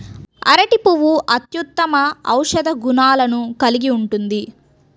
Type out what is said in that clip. అరటి పువ్వు అత్యుత్తమ ఔషధ గుణాలను కలిగి ఉంటుంది